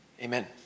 Amen